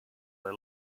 they